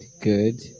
good